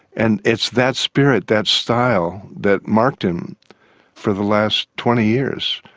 and it's that spirit, that style that marked him for the last twenty years,